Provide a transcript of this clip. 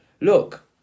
Look